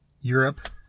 Europe